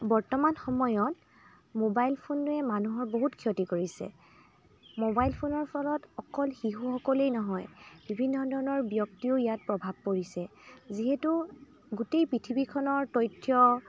বৰ্তমান সময়ত মোবাইল ফোনে মানুহৰ বহুত ক্ষতি কৰিছে মোবাইল ফোনৰ ফলত অকল শিশুসকলেই নহয় বিভিন্ন ধৰণৰ ব্যক্তিও ইয়াত প্ৰভাৱ পৰিছে যিহেতু গোটেই পৃথিৱীখনৰ তথ্য